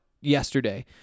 yesterday